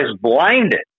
blinded